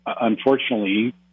unfortunately